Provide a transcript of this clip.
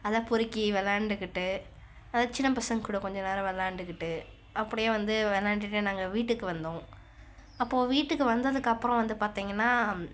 அதை பொறுக்கி விளாண்டுக்கிட்டு அந்தச் சின்ன பசங்க கூட கொஞ்ச நேரம் விளாண்டுக்கிட்டு அப்படியே வந்து விளாண்டுட்டு நாங்கள் வீட்டுக்கு வந்தோம் அப்போது வீட்டுக்கு வந்ததுக்கு அப்புறம் வந்து பார்த்திங்கன்னா